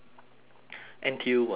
N_T_U weren't together